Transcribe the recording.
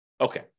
Okay